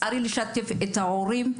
צריך לשתף את ההורים,